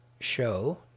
show